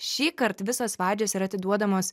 šįkart visos vadžios yra atiduodamos